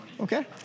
Okay